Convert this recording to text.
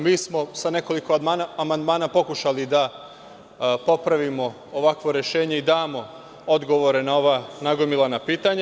Mi smo sa nekoliko amandmana pokušali da popravimo ovakvo rešenje i damo odgovore na ova nagomilana pitanja.